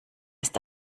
ist